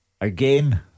Again